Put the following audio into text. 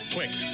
Quick